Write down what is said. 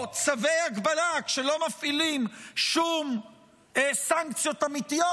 או צווי הגבלה כשלא מפעילים שום סנקציות אמיתיות